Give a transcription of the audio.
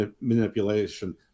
manipulation